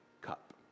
cup